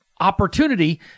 opportunity